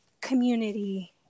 community